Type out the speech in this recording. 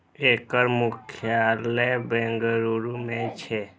एकर मुख्यालय बेंगलुरू मे छै